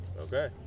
okay